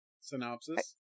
Synopsis